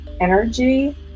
energy